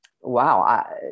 wow